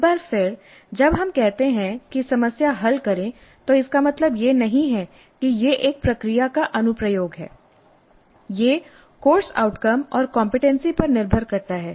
एक बार फिर जब हम कहते हैं कि समस्या हल करें तो इसका मतलब यह नहीं है कि यह एक प्रक्रिया का अनुप्रयोग है यह कोर्स आउटकम और कमपेटेंसी पर निर्भर करता है